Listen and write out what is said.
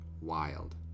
wild